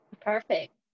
Perfect